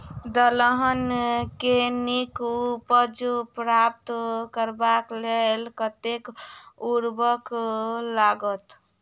दलहन केँ नीक उपज प्राप्त करबाक लेल कतेक उर्वरक लागत?